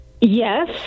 Yes